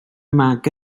mag